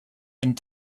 and